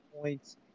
points